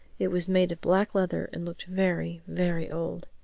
it was made of black leather and looked very, very old.